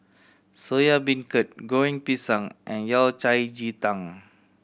Soya Beancurd Goreng Pisang and Yao Cai ji tang